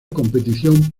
competición